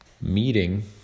meeting